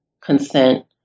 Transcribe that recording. consent